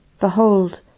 Behold